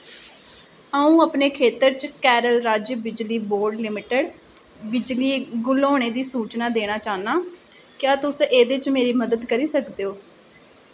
अऊं अपने खेतर च केरल राज्य बिजली बोर्ड लिमिटेड बिजली गुल होने दी सूचना देना चाह्न्नां क्या तुस एह्दे च मेरी मदद करी सकदे ओ